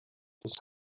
its